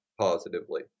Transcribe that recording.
positively